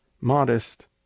Modest